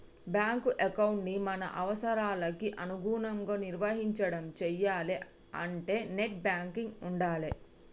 bank ఎకౌంటుని మన అవసరాలకి అనుగుణంగా నిర్వహించడం చెయ్యాలే అంటే నెట్ బ్యాంకింగ్ ఉండాలే